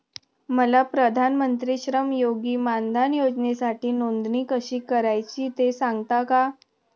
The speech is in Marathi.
मला प्रधानमंत्री श्रमयोगी मानधन योजनेसाठी नोंदणी कशी करायची ते सांगता का?